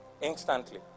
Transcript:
Instantly